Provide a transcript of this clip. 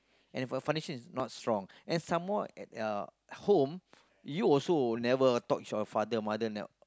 and if foundation is not strong and some more at uh home you also never talk short of father mother ne~